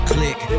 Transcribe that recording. Click